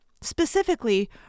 Specifically